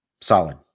Solid